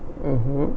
mmhmm